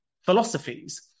philosophies